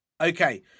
Okay